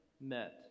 met